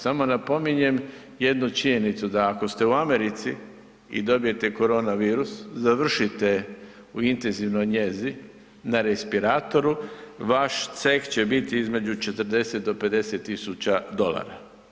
Samo napominjem jednu činjenicu, da ako ste u Americi i dobijete koronavirus, završite u intenzivnoj njezi na respiratoru, vaš ceh će biti između 40 do 50 tisuća dolara.